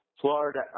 Florida